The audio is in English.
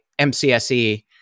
MCSE